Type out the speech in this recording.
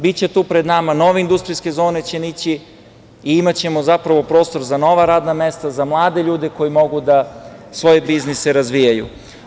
Tu pred nama će nove industrijske zone nići i imaćemo prostor za nova radna mesta, za mlade ljude koji mogu da svoje biznise razvijaju.